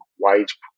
wage